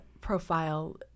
profile